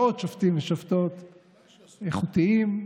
מאות שופטים ושופטות איכותיים.